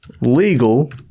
legal